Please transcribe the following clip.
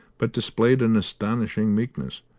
but displayed an astonishing meekness,